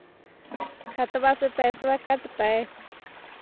खतबे से पैसबा कटतय?